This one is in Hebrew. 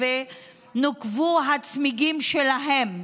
ונוקבו הצמיגים שלהן.